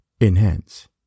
Enhance